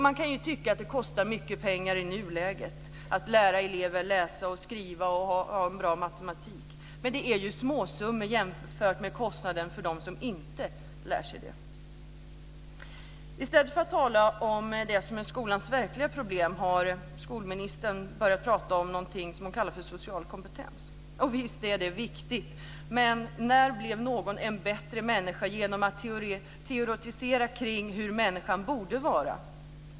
Man kan tycka att detta kostar mycket pengar i nuläget, att lära elever att läsa, skriva och räkna, men det är ju småsummor jämfört med kostnaden för dem som inte lär sig detta. I stället för att tala om det som är skolans verkliga problem har skolministern börjat prata om någonting som hon kallar för social kompetens. Visst är det viktigt, men när blev någon en bättre människa genom att teoretisera kring hur människan borde vara?